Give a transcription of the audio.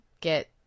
get